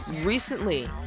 recently